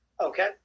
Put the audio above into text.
Okay